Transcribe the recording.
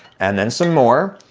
and then some more.